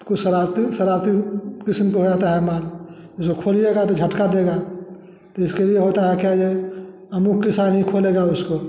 कुछ शरारतें शरारती किस्म के होता है माल जो खोलने गदी झटका देगा तो इसके लिए होता है क्या ये अमुक किसान ही खोलेगा उसको